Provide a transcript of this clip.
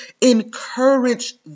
encourage